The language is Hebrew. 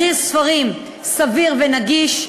1. מחיר ספרים סביר ונגיש,